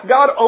God